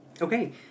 Okay